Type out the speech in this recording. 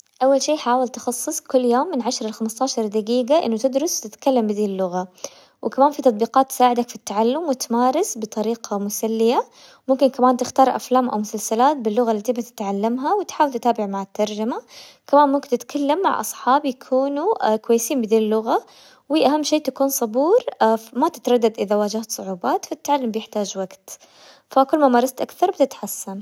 اول شي حاول تخصص كل يوم من عشرة لخمسةعشر دقيقة انه تدرس تتكلم بذي اللغة، وكمان في تطبيقات تساعدك في التعلم وتمارس بطريقة مسلية. ممكن كمان تختار أفلام أو مسلسلات باللغة اللي تبي تتعلمها وتحاول تتابع مع الترجمة. كمان ممكن تتكلم مع أصحاب يكونوا كويسين بذي اللغة، واهم شي تكون صبور، ما تتردد اذا واجهت صعوبات، فالتعلم بيحتاج وقت، فكل ما مارست اكثر بتتحسن.